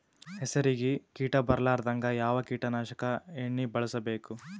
ಹೆಸರಿಗಿ ಕೀಟ ಬರಲಾರದಂಗ ಯಾವ ಕೀಟನಾಶಕ ಎಣ್ಣಿಬಳಸಬೇಕು?